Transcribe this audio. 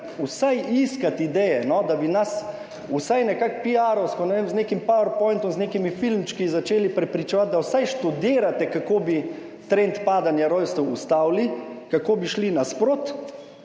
vsaj iskat ideje, da bi nas vsaj nekako piarovsko, ne vem, z nekim PowerPointom, z nekimi filmčki začeli prepričevati, da vsaj študirate, kako bi ustavili trend padanja rojstev, kako bi šli nasproti,